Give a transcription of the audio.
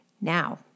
Now